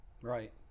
Right